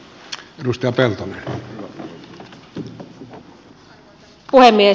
arvoisa puhemies